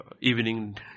evening